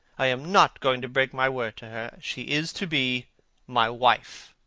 i am not going to break my word to her. she is to be my wife.